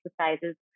exercises